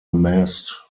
amassed